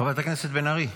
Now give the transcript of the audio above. חברת הכנסת בן ארי,